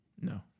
No